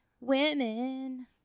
Women